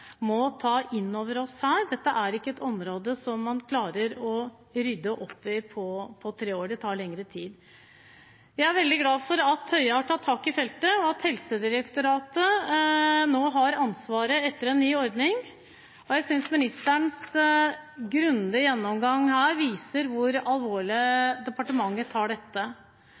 må ta inn over oss her. Dette er ikke et område som man klarer å rydde opp i på tre år, det tar lengre tid. Jeg er veldig glad for at Høie har tatt tak i feltet, og at Helsedirektoratet nå har ansvaret, etter en ny ordning. Jeg synes ministerens grundige gjennomgang her viser hvor alvorlig departementet tar dette.